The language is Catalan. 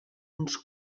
uns